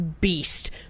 beast